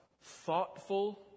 thoughtful